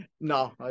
No